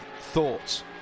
Thoughts